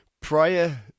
prior